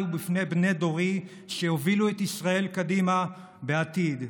ולפני בני דורי שיובילו את ישראל קדימה בעתיד.